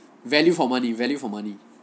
value for money value for money